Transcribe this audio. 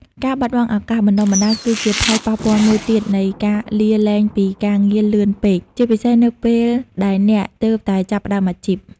ការបាត់បង់ឱកាសបណ្ដុះបណ្ដាល គឺជាផលប៉ះពាល់មួយទៀតនៃការលាលែងពីការងារលឿនពេក ជាពិសេសនៅពេលដែលអ្នកទើបតែចាប់ផ្ដើមអាជីព។